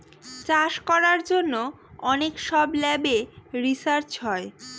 চাষ করার জন্য অনেক সব ল্যাবে রিসার্চ হয়